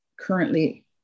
currently